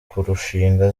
kurushinga